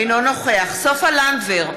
אינו נוכח סופה לנדבר,